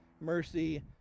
mercy